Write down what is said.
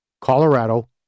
Colorado